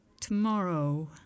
Tomorrow